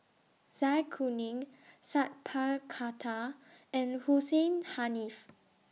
Zai Kuning Sat Pal Khattar and Hussein Haniff